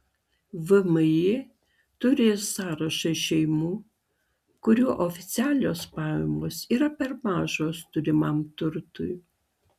vmi turi ir sąrašą šeimų kurių oficialios pajamos yra per mažos turimam turtui